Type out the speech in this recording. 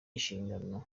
inshingano